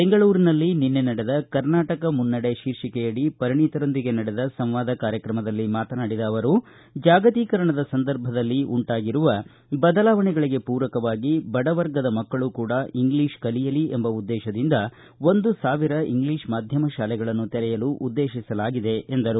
ಬೆಂಗಳೂರಿನಲ್ಲಿ ನಿನ್ನೆ ನಡೆದ ಕರ್ನಾಟಕ ಮುನ್ನಡೆ ಶೀರ್ಷೆಕೆಯಡಿ ಪರಿಣಿತರೊಂದಿಗೆ ಸಂವಾದ ಕಾರ್ಯಕ್ರಮದಲ್ಲಿ ಮಾತನಾಡಿದ ಅವರು ಜಾಗತೀಕರಣದ ಸಂದರ್ಭದಲ್ಲಿ ಉಂಟಾಗಿರುವ ಬದಲಾವಣೆಗಳಿಗೆ ಪೂರಕವಾಗಿ ಬಡವರ್ಗದ ಮಕ್ಕಳು ಕೂಡ ಇಂಗ್ಲೀಷ್ ಕಲಿಯಲಿ ಎಂಬ ಉದ್ದೇಶದಿಂದ ಒಂದು ಸಾವಿರ ಇಂಗ್ಲೀಷ್ ಮಾಧ್ಯಮ ಶಾಲೆಗಳನ್ನು ತೆರೆಯಲು ಉದ್ದೇಶಿಸಲಾಗಿದೆ ಎಂದರು